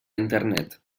internet